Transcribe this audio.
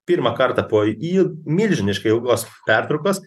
pirmą kartą po y milžiniškai ilgos pertraukos